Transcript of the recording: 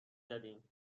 زدیم